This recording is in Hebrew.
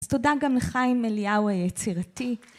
אז תודה גם לחיים אליהו היצירתי